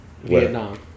Vietnam